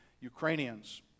Ukrainians